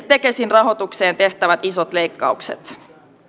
tekesin rahoitukseen tehtävät isot leikkaukset